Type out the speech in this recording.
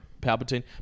Palpatine